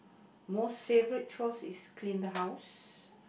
most favourite chores is clean the house